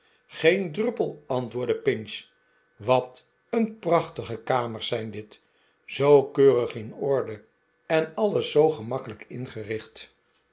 geen druppel antwoordde pinch wat een prachtige kamers zijn dit zoo keurig in orde en alles zoo gemakkelijk ingericht